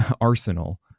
arsenal